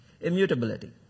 Immutability